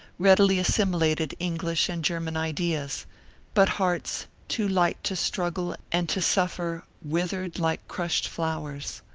readily assimilated english and german ideas but hearts too light to struggle and to suffer withered like crushed flowers.